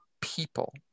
people